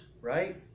right